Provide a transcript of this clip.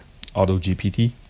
AutoGPT